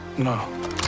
No